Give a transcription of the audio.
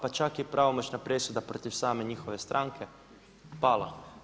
Pa čak je i pravomoćna presuda protiv same njihove stranke pala.